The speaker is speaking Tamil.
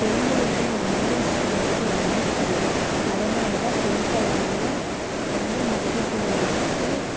பெண்களுக்கு ரொம்ப சேஃப்டி வந்து கம்மி அதனாலதான் பெண்கல்வியை ரொம்ப முக்கியத்துவம் எடுத்து